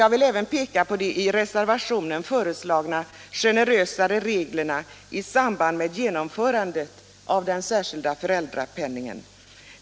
Jag vill även peka på de i reservationen föreslagna generösare reglerna i samband med genomförandet av den särskilda föräldrapenningen.